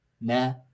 nah